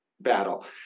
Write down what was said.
battle